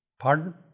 Pardon